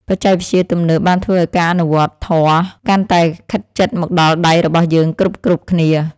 បច្ចេកវិទ្យាទំនើបបានធ្វើឱ្យការអនុវត្តធម៌កាន់តែខិតជិតមកដល់ដៃរបស់យើងគ្រប់ៗគ្នា។